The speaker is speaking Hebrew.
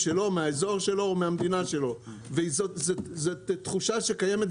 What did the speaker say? אני רוצה לדבר מהזווית הצרכנית.